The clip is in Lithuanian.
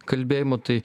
kalbėjimo tai